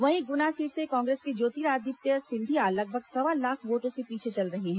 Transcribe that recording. वहीं गुना सीट से कांग्रेस के ज्योतिरादित्य सिंधिया लगभग सवा लाख वोटों से पीछे चल रहे हैं